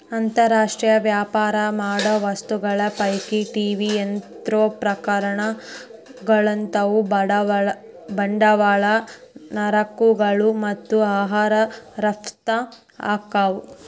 ಅಂತರ್ ರಾಷ್ಟ್ರೇಯ ವ್ಯಾಪಾರ ಮಾಡೋ ವಸ್ತುಗಳ ಪೈಕಿ ಟಿ.ವಿ ಯಂತ್ರೋಪಕರಣಗಳಂತಾವು ಬಂಡವಾಳ ಸರಕುಗಳು ಮತ್ತ ಆಹಾರ ರಫ್ತ ಆಕ್ಕಾವು